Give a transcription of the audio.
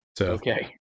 okay